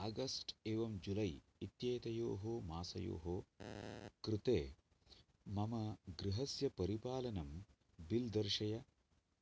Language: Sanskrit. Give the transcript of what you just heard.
आगस्ट् एवं जुलै इत्येतयोः मासयोः कृते मम गृहस्य परिपालनं बिल् दर्शय